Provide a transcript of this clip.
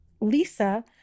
Lisa